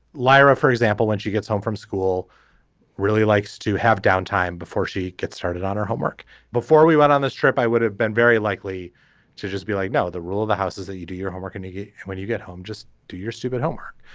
lyra for example when she gets home from school really likes to have downtime before she gets started on her homework before we went on this trip i would have been very likely to just be like no the rules of the house is that you do your homework and you get when you get home just do your stupid homework.